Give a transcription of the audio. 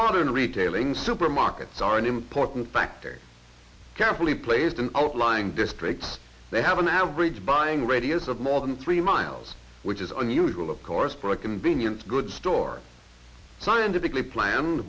modern retailing supermarkets are an important factors carefully placed in outlying districts they have an average buying radius of more than three miles which is unusual of course for a convenience good store scientifically plan